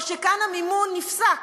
או שכאן המימון נפסק?